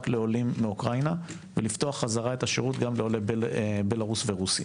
לעולים מאוקראינה ולפתוח חזרה את השירות גם לעולי בלרוס ורוסיה,